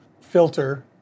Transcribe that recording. filter